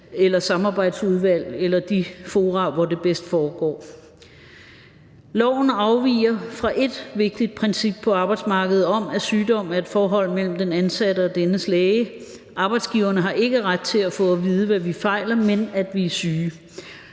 eller samarbejdsudvalg eller de fora, hvor det bedst foregår. Lovforslaget afviger fra et vigtigt princip på arbejdsmarkedet om, at sygdom er et forhold mellem den ansatte og dennes læge. Arbejdsgiverne har ikke ret til at få at vide, hvad vi fejler, men at vi er syge.